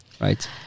right